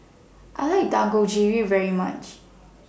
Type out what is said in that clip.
I like Dangojiru very much